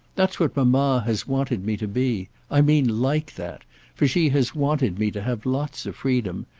that's what mamma has wanted me to be i mean like that for she has wanted me to have lots of freedom.